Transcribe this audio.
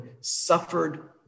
suffered